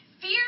Fear